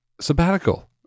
sabbatical